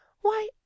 Why